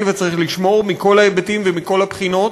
וצריך לשמור מכל ההיבטים ומכל הבחינות,